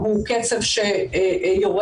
הוא קצב שיורד.